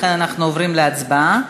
לכן אנחנו עוברים להצבעה.